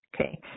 Okay